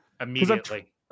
immediately